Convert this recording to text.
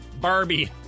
Barbie